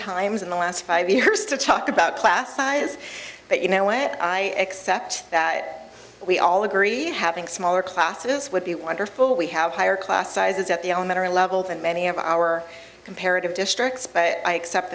times in the last five years to talk about class size but you know when i accept that we all agreed having smaller classes would be wonderful we have higher class sizes at the elementary level than many of our comparative districts but i accept